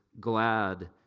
glad